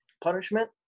punishment